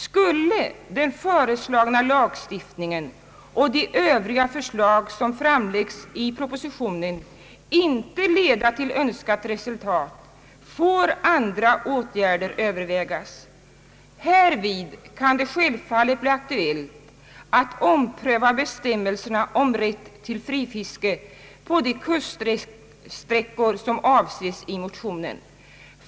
Skulle den föreslagna lagstiftningen och de övriga förslag som framläggs i propositionen inte leda till önskat resultat får andra åtgärder övervägas. Härvid kan det självfallet bli aktuellt att ompröva bestämmelserna om rätt till frifiske på de kuststräckor som avses i motionerna.